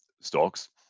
stocks